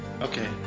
Okay